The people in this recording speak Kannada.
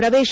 ಪ್ರವೇಶ